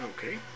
Okay